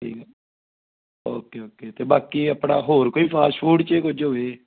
ਠੀਕ ਹੈ okay okay ਅਤੇ ਬਾਕੀ ਆਪਣਾ ਹੋਰ ਕੋਈ ਫਾਸਟ ਫੂਡ 'ਚ ਕੁਝ ਹੋਵੇ